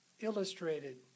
illustrated